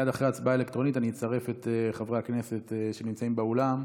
מייד אחרי ההצבעה האלקטרונית אני אצרף את חברי הכנסת שנמצאים באולם.